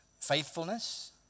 faithfulness